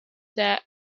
that